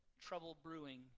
trouble-brewing